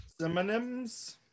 Synonyms